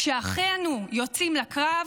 כשאחינו יוצאים לקרב,